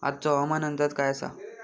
आजचो हवामान अंदाज काय आसा?